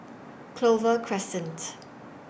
Clover Crescent